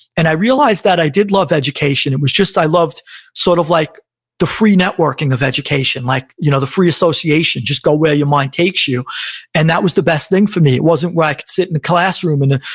and i realized that i did love education. it was just i loved sort of like the free networking of education, like you know the free association, just go where your mind takes you and that was the best thing for me. it wasn't where i could sit in a classroom and,